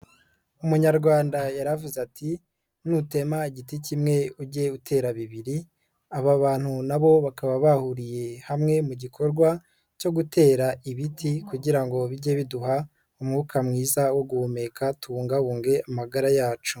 Umunyarwanda yaravuze ati nutema igiti kimwe ujye utera bibiri, aba bantu nabo bakaba bahuriye hamwe mu gikorwa cyo gutera ibiti kugira ngo bijye biduha umwuka mwiza wo guhumeka, tubungabunge amagara yacu.